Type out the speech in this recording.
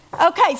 Okay